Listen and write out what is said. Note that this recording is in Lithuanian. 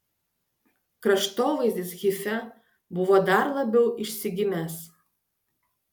kraštovaizdis hife buvo dar labiau išsigimęs